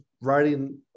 writing